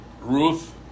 Ruth